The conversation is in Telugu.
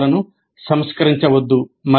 సమూహాలను సంస్కరించవద్దు